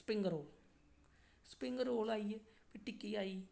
spring roll spring roll आई गे फ्ही टिक्की आई गेई